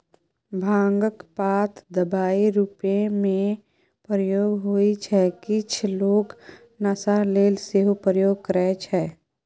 भांगक पात दबाइ रुपमे प्रयोग होइ छै किछ लोक नशा लेल सेहो प्रयोग करय छै